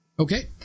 Okay